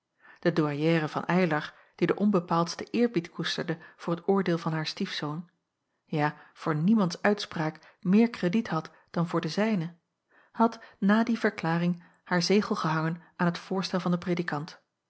de douairière van eylar die den onbepaaldsten eerbied koesterde voor het oordeel van haar stiefzoon ja voor niemands uitspraak meer krediet had dan voor de zijne had na die verklaring haar zegel gehangen aan het voorstel van den predikant